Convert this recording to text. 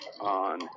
on